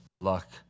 Luck